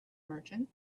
merchant